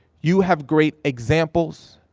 you have great examples.